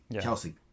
Chelsea